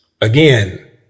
again